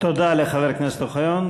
תודה לחבר הכנסת אוחיון.